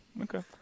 Okay